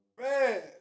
man